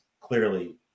clearly